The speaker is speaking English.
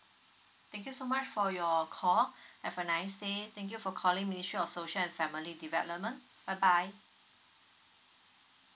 thank you so much for your call have a nice day thank you for calling ministry of social and family development bye bye